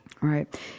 Right